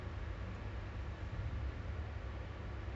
I I still prefer to just buy and